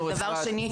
דבר שני,